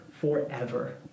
forever